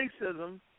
racism